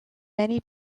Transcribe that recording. many